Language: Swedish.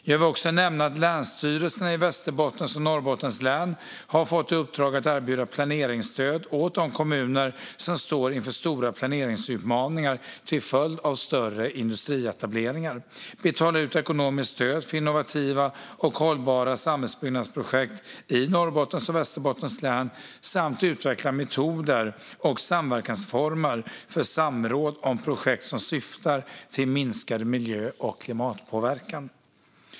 Jag vill också nämna att länsstyrelserna i Västerbottens och Norrbottens län har fått i uppdrag att erbjuda planeringsstöd åt de kommuner som står inför stora planeringsutmaningar till följd av större industrietableringar, betala ut ekonomiskt stöd för innovativa och hållbara samhällsbyggnadsprojekt i Norrbottens och Västerbottens län samt utveckla metoder och samverkansformer för samråd om projekt som syftar till minskad miljö och klimatpåverkan.